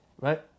right